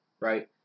Right